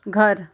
घर